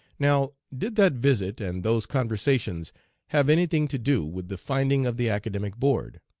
now did that visit and those conversations have any thing to do with the finding of the academic board?